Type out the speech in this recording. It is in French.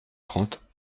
trente